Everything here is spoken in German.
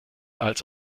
als